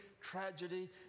tragedy